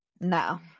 No